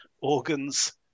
organs